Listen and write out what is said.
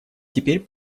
теперь